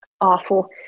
awful